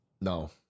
No